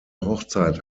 hochzeit